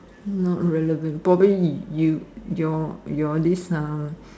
not really probably you your your this uh